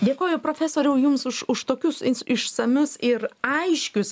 dėkoju profesoriau jums už už tokius išsamius ir aiškius